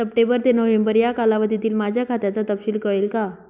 September ते नोव्हेंबर या कालावधीतील माझ्या खात्याचा तपशील कळेल का?